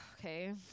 Okay